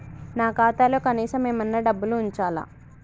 నా ఖాతాలో కనీసం ఏమన్నా డబ్బులు ఉంచాలా?